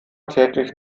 täglich